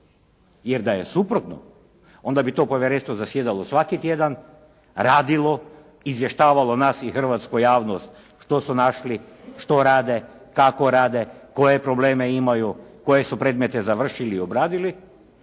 Jer da je suprotno onda bi to povjerenstvo zasjedalo svaki tjedan, radilo, izvještavalo nas i hrvatsku javnost što su našli, što rade, kako rade, koje probleme imaju, koje su predmete završili i obradili